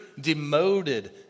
demoted